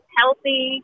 healthy